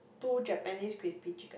two Japanese crispy chicken